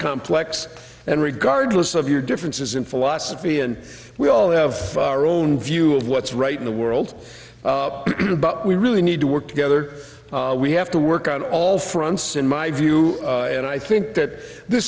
complex and regardless of your differences in philosophy and we all have our own view of what's right in the world but we really need to work together we have to work on all fronts in my view and i think that th